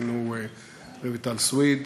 היינו רויטל סויד,